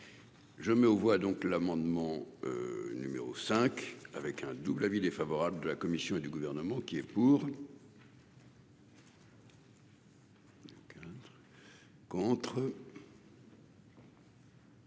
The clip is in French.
Je mets aux voix donc l'amendement. Numéro 5 avec un double avis défavorable de la Commission et du gouvernement qui est pour. Contre.